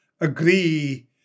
agree